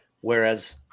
whereas